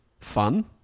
fun